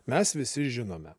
mes visi žinome